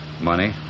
Money